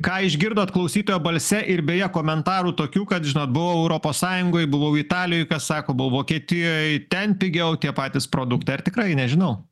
ką išgirdot klausytojo balse ir beje komentarų tokių kad žinot buvau europos sąjungoj buvau italijoj kas sako buvo vokietijoj ten pigiau tie patys produktai ar tikrai nežinau